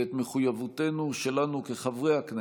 ואת מחויבותנו שלנו כחברי הכנסת,